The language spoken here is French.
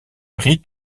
ris